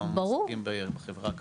כמה מועסקים בחברה הכלכלית.